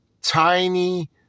tiny